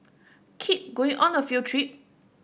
kid going on a field trip